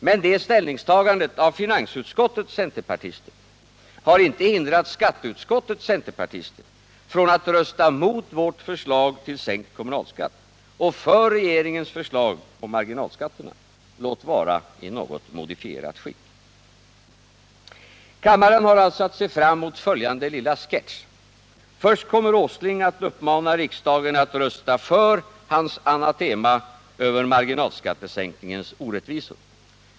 Men detta ställningstagande av finansutskottets centerpartister har inte hindrat skatteutskottets centerpartister från att rösta mot vårt förslag till sänkt kommunalskatt och för regeringens förslag om marginalskatterna, låt vara i något modifierat skick. Kammaren har alltså att se fram mot följande lilla sketch. Först kommer Nils Åsling att uppmana riksdagen att rösta för hans anatema över marginalskattesänkningens orättvisor.